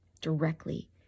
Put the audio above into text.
directly